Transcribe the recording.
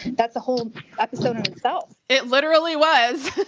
that's a whole episode itself. it literally was!